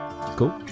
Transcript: Cool